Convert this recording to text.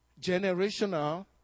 generational